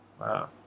Wow